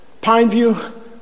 Pineview